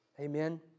Amen